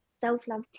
self-love